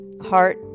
heart